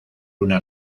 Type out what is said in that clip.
una